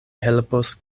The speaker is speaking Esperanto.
helpos